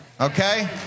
Okay